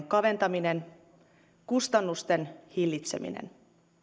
kaventaminen kustannusten hillitseminen